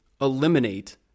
eliminate